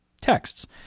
texts